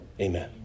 Amen